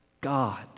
God